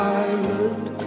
island